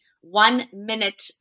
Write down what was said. one-minute